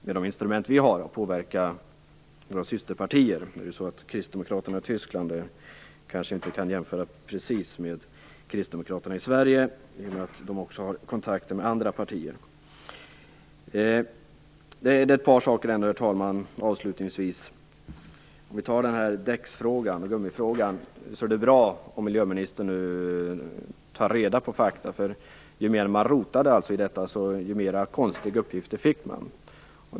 Herr talman! Det är klart att vi också försöker verka med de instrument vi har för att påverka våra systerpartier. Nu kan ju kanske inte precis kristdemokraterna i Tyskland jämföras med kristdemokraterna i Sverige. De har ju också kontakter med andra partier. Det finns ett par saker som jag avslutningsvis vill ta upp. När det gäller däcks eller gummifrågan, är det bra om miljöministern nu tar reda fakta. Ju mer man rotade i detta, desto mer konstiga uppgifter fick man.